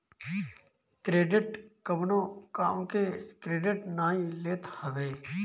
credit कवनो काम के क्रेडिट नाइ लेत हवे